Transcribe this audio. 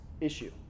issue